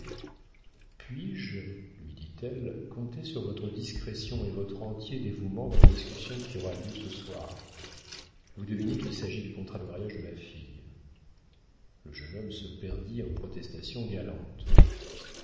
puis-je lui dit-elle compter sur votre discrétion et votre entier dévouement dans la discussion qui aura lieu ce soir vous devinez qu'il s'agit du contrat de mariage de ma fille le jeune homme se perdit en protestations galantes